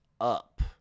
up